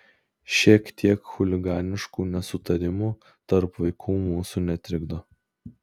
šiek tiek chuliganiškų nesutarimų tarp vaikų mūsų netrikdo